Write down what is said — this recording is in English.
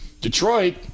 Detroit